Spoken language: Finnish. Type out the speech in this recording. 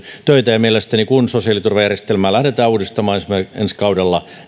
töitä ja mielestäni kun sosiaaliturvajärjestelmää lähdetään uudistamaan ensi kaudella